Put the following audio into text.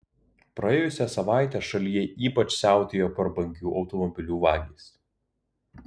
praėjusią savaitę šalyje ypač siautėjo prabangių automobilių vagys